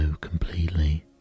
completely